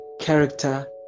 character